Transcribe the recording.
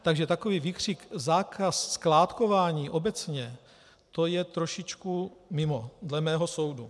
Takže takový výkřik zákaz skládkování obecně je trošičku mimo dle mého soudu.